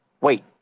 Wait